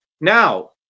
Now